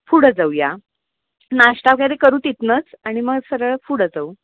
पुढं जाऊया नाष्टा वगैरे करू तिथनंच आणि मग सरळ पुढं जाऊ